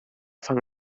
fan